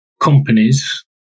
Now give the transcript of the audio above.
companies